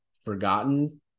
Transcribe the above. forgotten